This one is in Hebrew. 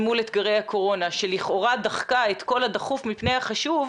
אל מול אתגרי הקורונה שלכאורה דחקה את כל הדחוף מפני החשוב,